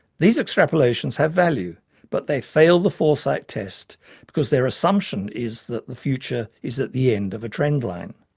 these extrapolations have value but they fail the foresight test because their assumption is that the future is at the end of a trend line.